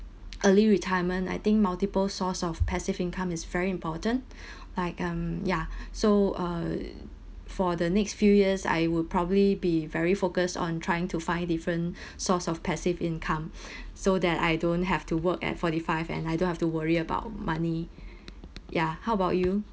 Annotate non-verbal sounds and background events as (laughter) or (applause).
early retirement I think multiple source of passive income is very important (breath) like um ya (breath) so uh for the next few years I would probably be very focused on trying to find different (breath) source of passive income (breath) so that I don't have to work at forty five and I don't have to worry about money ya how about you